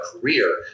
career